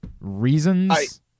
reasons